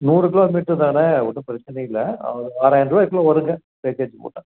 நூறு கிலோமீட்ருதானே ஒன்றும் பிரச்சனை இல்லை ஆறாயிருவாயிக்குள்ளே வருங்க பேக்கேஜி போட்டால்